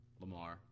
Lamar